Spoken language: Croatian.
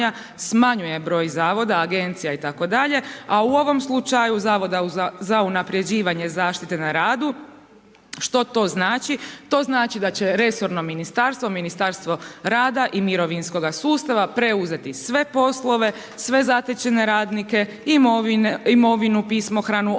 smanjuje broj zavoda, agencija itd., a u ovom slučaju Zavoda za unaprjeđivanje zaštite na radu. Što to znači? To znači da će resorno ministarstvo, Ministarstvo rada i mirovinskoga sustava, preuzeti sve poslove, sve zatečene radnike, imovinu, pismohranu, opremu